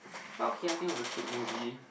but okay I think it was a cute movie